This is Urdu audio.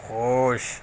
خوش